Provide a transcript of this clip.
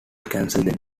cancelled